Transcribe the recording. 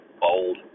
bold